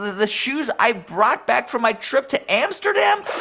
the shoes i brought back from my trip to amsterdam?